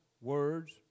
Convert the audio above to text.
Words